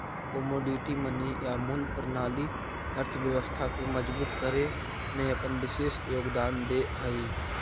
commodity money या मूल्य प्रणाली अर्थव्यवस्था के मजबूत करे में अपन विशेष योगदान दे हई